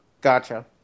Gotcha